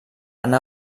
anar